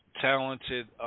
talented